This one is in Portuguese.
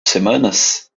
semanas